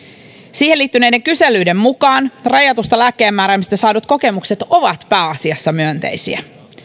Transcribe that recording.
siihen liittyneiden kyselyiden mukaan rajatusta lääkkeenmääräämisestä saadut kokemukset ovat pääasiassa myönteisiä